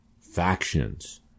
factions